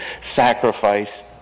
sacrifice